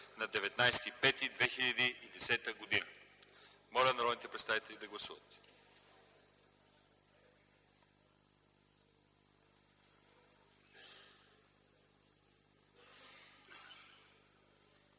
на 19 май 2010 г. Моля народните представители да гласуват.